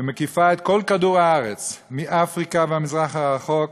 ומקיפה את כל כדור-הארץ, מאפריקה והמזרח הרחוק